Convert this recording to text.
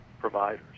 providers